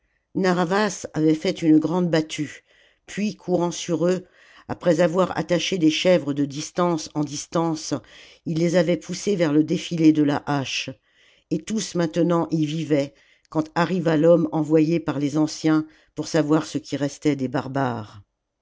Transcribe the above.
narr'havas avait fait une grande battue puis courant sur eux après avoir attaché des chèvres de distance en distance il les avait pousses vers le défilé de la hache et tous maintenant y vivaient quand arriva l'homme envoyé par les anciens pour savoir ce qui restait des barbares